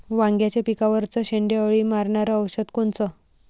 वांग्याच्या पिकावरचं शेंडे अळी मारनारं औषध कोनचं?